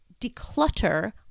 declutter